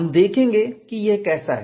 हम देखेंगे कि यह कैसा है